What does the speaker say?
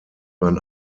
man